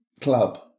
club